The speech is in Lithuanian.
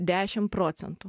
dešim procentų